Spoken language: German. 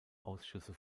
ausschüsse